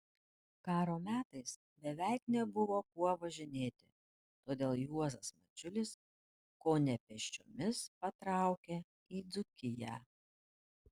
karo metais beveik nebuvo kuo važinėti todėl juozas mičiulis kone pėsčiomis patraukė į dzūkiją